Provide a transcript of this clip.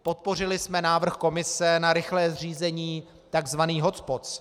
Podpořili jsme návrh Komise na rychlé zřízení takzvaných hotspots.